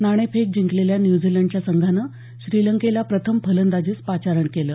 नाणेफेक जिंकलेल्या न्यूझीलंडच्या संघानं श्रीलंकेला प्रथम फलंदाजीस पाचारण केलं